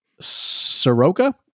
Soroka